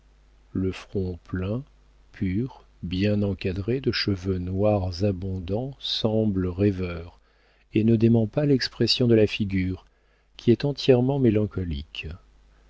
le front plein pur bien encadré de cheveux noirs abondants semble rêveur et ne dément pas l'expression de la figure qui est entièrement mélancolique